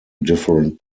different